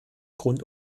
grund